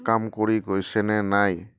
কাম কৰি গৈছেনে নাই